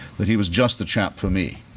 that he was just the chap for me.